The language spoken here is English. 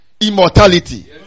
Immortality